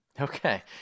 Okay